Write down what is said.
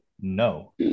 no